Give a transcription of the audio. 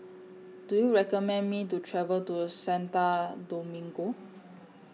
Do YOU recommend Me to travel to Santo Domingo